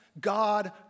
God